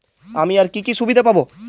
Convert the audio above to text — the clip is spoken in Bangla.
আমি আর কি কি সুবিধা পাব?